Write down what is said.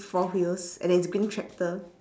four wheels and it's a green tractor